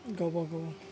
गावबागाव